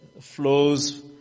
flows